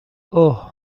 اوه